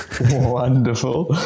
wonderful